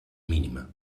mínima